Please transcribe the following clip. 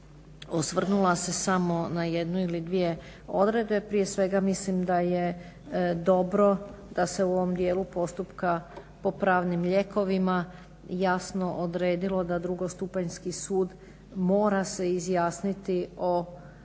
osvrnula se samo na jednu ili dvije odredbe, prije svega mislim da je dobro da se u ovom dijelu postupka po pravnim lijekovima jasno odredilo da drugostupanjski sud mora se izjasniti o